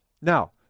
Now